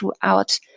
throughout